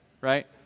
right